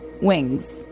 wings